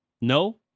No